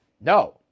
No